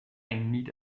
need